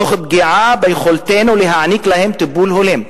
תוך פגיעה ביכולתנו להעניק להם טיפול הולם".